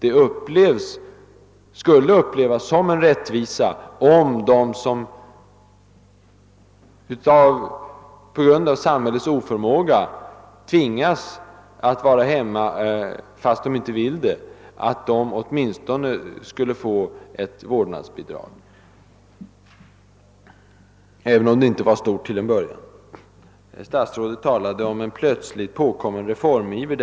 Det skulle upplevas som en rättvisa om de som på grund av samhällets oförmåga nu tvingas att vara hemma mot sin vilja, åtminstone kunde få ett vårdnadsbidrag, även om det till en början inte blev så stort. Statsrådet talade om en plötsligt påkommen reformiver.